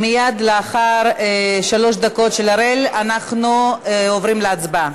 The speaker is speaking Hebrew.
מייד לאחר שלוש הדקות של שרן אנחנו עוברים להצבעה.